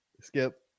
Skip